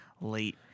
late